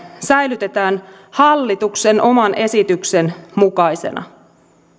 säilytetään hallituksen oman esityksen mukaisena yhdenteentoista